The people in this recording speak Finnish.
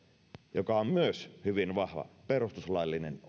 joka on myös hyvin vahva perustuslaillinen